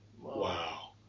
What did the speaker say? Wow